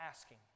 asking